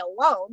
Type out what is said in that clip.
alone